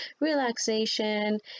relaxation